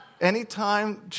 Anytime